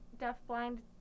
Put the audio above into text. deaf-blind